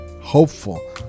hopeful